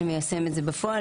שמיישם את זה בפועל.